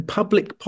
public